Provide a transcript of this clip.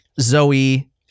Zoe